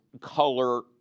color